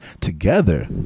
together